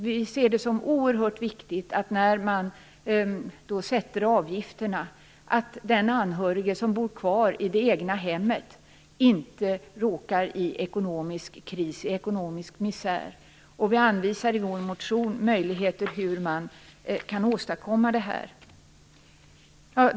Vi ser det som oerhört viktigt när man sätter avgifterna att den anhörige som bor kvar i det egna hemmet inte råkar i ekonomisk misär. Vi anvisar i vår motion möjligheter för hur man kan åstadkomma det här.